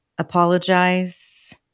Apologize